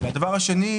ושנית,